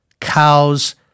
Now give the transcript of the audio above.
cows